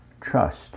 trust